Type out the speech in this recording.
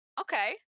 okay